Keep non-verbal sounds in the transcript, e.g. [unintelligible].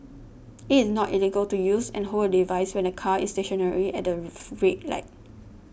it is not illegal to use and hold a device when the car is stationary at the [unintelligible] red light